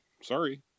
Sorry